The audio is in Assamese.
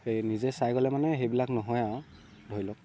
সেই নিজে চাই গ'লে মানে সেইবিলাক নহয় আৰু ধৰি লওক